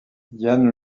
yann